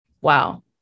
Wow